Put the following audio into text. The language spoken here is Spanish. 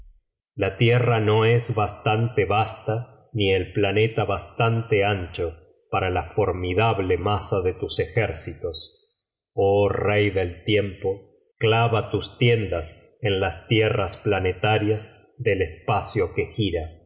la tierra no es bastante vasta ni el planeta bastante ancho para la formidable masa de tus ejércitos oh rey del tiempo clava tus tiendas e i las tierras planetarias del espacio que gira